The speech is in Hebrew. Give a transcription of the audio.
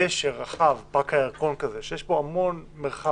דשא רחב, פארק הירקון, שיש בו המון מרחב